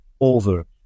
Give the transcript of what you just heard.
over